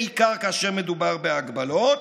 בעיקר כאשר מדובר בהגבלות,